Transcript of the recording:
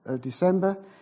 December